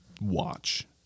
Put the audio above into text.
watch